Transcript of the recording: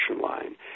line